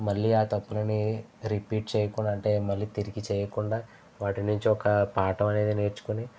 మళ్ళీ ఆ తప్పులని రిపీట్ చేయకుండా అంటే మళ్ళీ తిరిగి చేయకుండా వాటి నుంచి ఒక పాఠం అనేది నేర్చుకొని